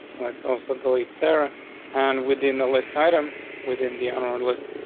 let's also delete sarah and within the list item within the and and list.